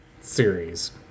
series